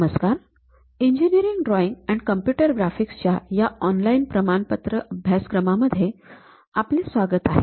नमस्कार engineering drawing and computer graphics च्या या ऑनलाईन प्रमाणपत्र अभ्यासक्रमामध्ये आपले स्वागत आहे